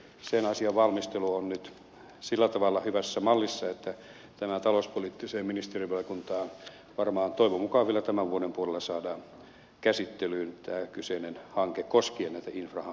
sen asian valmistelu mistä täällä valtiovarainministeri kertoi on nyt sillä tavalla hyvässä mallissa että talouspoliittiseen ministerivaliokuntaan toivon mukaan vielä tämän vuoden puolella saadaan käsittelyyn tämä kyseinen hanke koskien näitä infrahankkeita